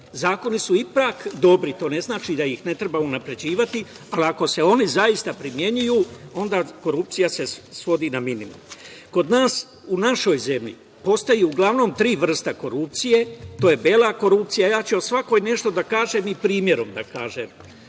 Zakoni su ipak dobri, to ne znači da ih ne treba unapređivati, a ako se oni zaista primenjuju onda korupcija se svodi na minimum. Kod nas u našoj zemlji postoji uglavnom tri vrste korupcije, to je bela korupcija, a ja ću o svakoj nešto da kažem i primerom da kažem.